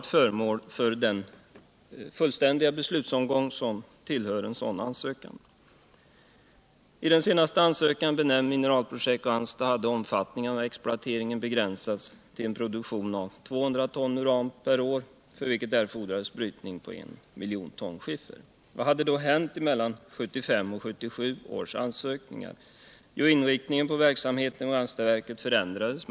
I den senaste ansökan benämnd Minceralprojekt Ranstad hade omfattningen av exploateringen begriinsats ull en produktion av 200 ton uran per år, för vilken erfordrades brytning av en miljon ton skiffer. Vad hände då mellan 1970 och 1975 års ansökningar? Jo, inriktningen på verksamheten vid Ranstadsverket förändrades.